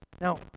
Now